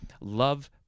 Love